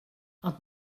ond